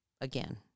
again